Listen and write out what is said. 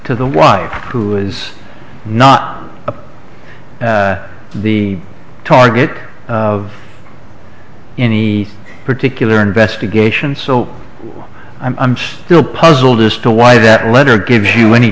to the y who is not a the target of any particular investigation so i'm still puzzled as to why that letter gives you any